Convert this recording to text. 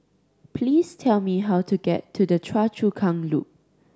please tell me how to get to Choa Chu Kang Loop